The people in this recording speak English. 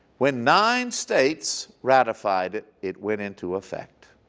when nine states ratified it, it went into effect